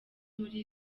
muri